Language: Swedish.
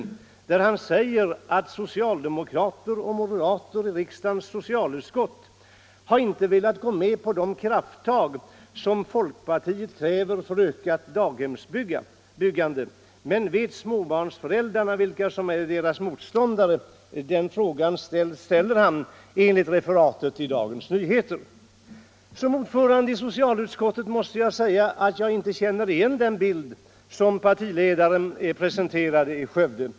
Enligt ett referat i Dagens Nyheter sade han: ”Socialdemokrater och moderater i riksdagens socialutskott har inte velat gå med på de krafttag som folkpartiet kräver för att öka daghemsbyggandet. - Men vet småbarnsföräldrarna vilka som är deras motståndare?” Såsom ordförande i socialutskottet måste jag säga att jag inte känner igen den bild som partiledaren gav i Skövde.